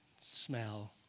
smell